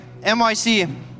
NYC